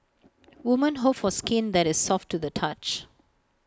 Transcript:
women hope for skin that is soft to the touch